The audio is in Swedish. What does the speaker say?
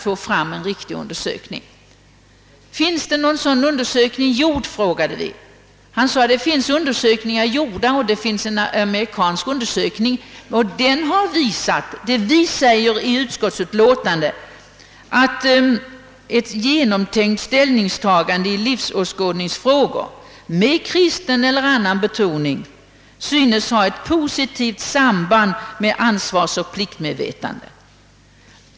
På särskild fråga i utskottet om det gjorts någon undersökning svarade docent Gustafsson, att det finns en amerikansk undersökning som visat vad vi säger i utlåtandet, nämligen att »ett genomtänkt ställningstagande i livsåskådningsfrågor — med kristen eller annan betoning — synes ha ett positivt samband med ansvarsoch pliktmedvetande».